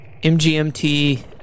MGMT